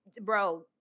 bro